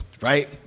right